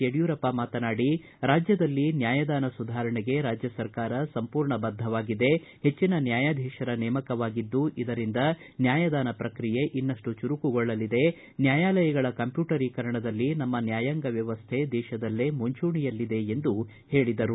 ಯಡಿಯೂರಪ್ಪ ಮಾತನಾಡಿ ರಾಜ್ಯದಲ್ಲಿ ನ್ಯಾಯದಾನ ಸುಧಾರಣೆಗೆ ರಾಜ್ಯ ಸರ್ಕಾರ ಸಂಪೂರ್ಣ ಬದ್ಧವಾಗಿದೆ ಹೆಚ್ಚನ ನ್ಯಾಯಾಧೀಶರ ನೇಮಕವಾಗಿದ್ದು ಇದರಿಂದ ನ್ಯಾಯದಾನ ಪ್ರಕ್ರಿಯೆ ಇನ್ನಷ್ಟು ಚುರುಕುಗೊಳ್ಳಲಿದೆ ನ್ಯಾಯಾಲಯಗಳ ಕಂಪ್ಯೂಟರೀಕರಣದಲ್ಲಿ ನಮ್ಮ ನ್ಯಾಯಾಂಗ ವ್ಯವಸ್ಥೆ ದೇಶದಲ್ಲೇ ಮುಂಚೂಣಿಯಲ್ಲಿದೆ ಎಂದು ಹೇಳಿದರು